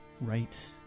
Right